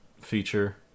feature